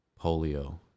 polio